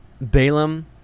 Balaam